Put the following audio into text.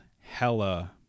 hella